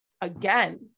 again